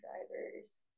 drivers